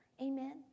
Amen